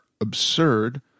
absurd